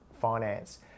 finance